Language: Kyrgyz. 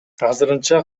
азырынча